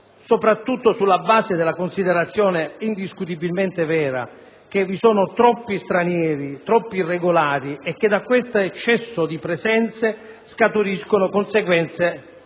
soprattutto sulla base della considerazione indiscutibilmente vera che vi sono troppi stranieri e troppi irregolari e che da questo eccesso di presenze scaturiscono conseguenze